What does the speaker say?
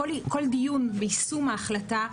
כל דיון ביישום ההחלטה,